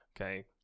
Okay